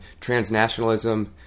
transnationalism